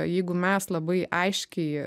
jeigu mes labai aiškiai